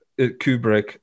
Kubrick